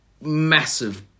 massive